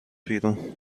بیرون